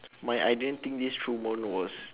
my I didn't think this through moment was